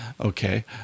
okay